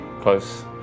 Close